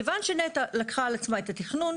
כיוון שנת"ע לקחה על עצמה את התכנון,